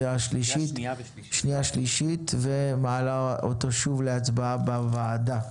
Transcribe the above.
והשלישית ומעלה אותה שוב להצבעה בוועדה.